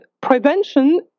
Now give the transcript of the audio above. prevention